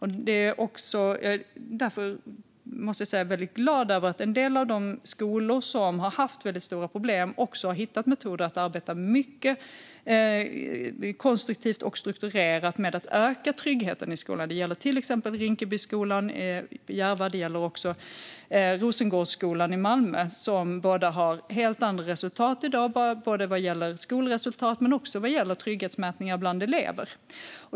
Jag är därför glad över att en del av de skolor som har haft stora problem har hittat metoder att arbeta konstruktivt och strukturerat med att öka tryggheten i skolan. Det gäller till exempel Rinkebyskolan i Järva, och det gäller Rosengårdsskolan i Malmö. De båda skolorna har helt andra resultat i dag både vad gäller skolresultat och vad gäller trygghetsmätningar bland elever.